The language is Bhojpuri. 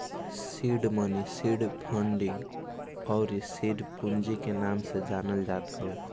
सीड मनी सीड फंडिंग अउरी सीड पूंजी के नाम से जानल जात हवे